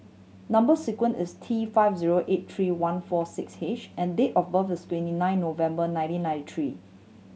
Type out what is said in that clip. number sequence is T five zero eight three one four six H and date of birth is twenty nine November nineteen ninety three